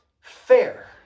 fair